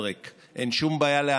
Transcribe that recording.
אין שום בעיה לפברק,